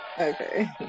Okay